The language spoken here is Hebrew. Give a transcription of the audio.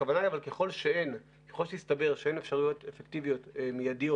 הכוונה היא אבל שככל שיסתבר שאין אפשרויות אפקטיביות מידיות,